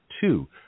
Two